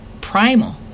primal